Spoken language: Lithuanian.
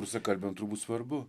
rusakalbiam turbūt svarbu